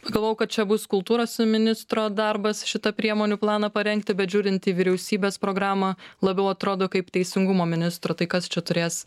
pagalvojau kad čia bus kultūros ministro darbas šitą priemonių planą parengti bet žiūrint į vyriausybės programą labiau atrodo kaip teisingumo ministro tai kas čia turės